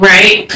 Right